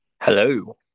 Hello